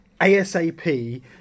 ASAP